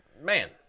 Man